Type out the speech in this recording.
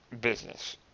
business